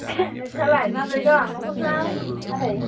नोंसोरनालाय माबोरै दं नखरफोराव आदै